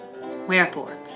Wherefore